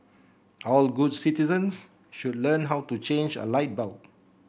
all good citizens should learn how to change a light bulb